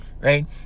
right